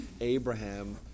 Abraham